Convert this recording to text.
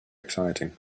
exciting